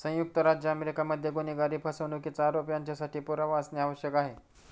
संयुक्त राज्य अमेरिका मध्ये गुन्हेगारी, फसवणुकीचा आरोप यांच्यासाठी पुरावा असणे आवश्यक आहे